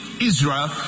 Israel